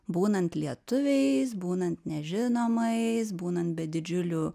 būnant lietuviais būnant nežinomais būnant be didžiulių